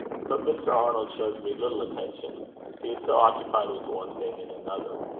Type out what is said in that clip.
but mr. arnold shows me little attention he is so occupied with one thing and another,